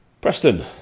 Preston